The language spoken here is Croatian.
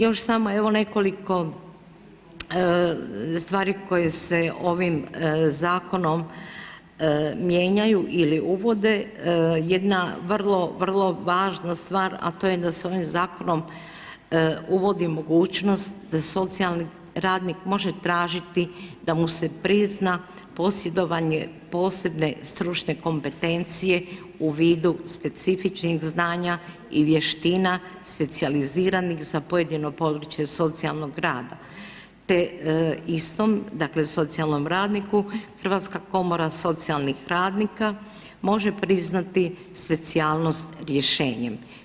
Još samo evo nekoliko stvari koje se ovim zakonom mijenjaju ili uvode, jedna vrlo, vrlo važna stvar a to je da se ovim zakonom uvodi mogućnost da socijalni radnik može tražiti da mu se prizna posjedovanje posebne stručne kompetencije u vidu specifičnih znanja i vještina specijaliziranih za pojedino područje socijalnog rada te istom, dakle socijalnom radniku Hrvatska komora socijalnih radnika može priznati specijalnost rješenjem.